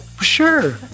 sure